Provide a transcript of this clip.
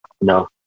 No